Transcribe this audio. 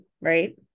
right